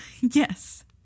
yes